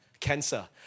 cancer